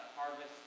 harvest